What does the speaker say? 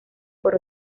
por